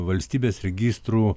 valstybės registrų